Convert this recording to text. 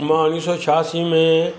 मां उणिवीह सौ छियासी में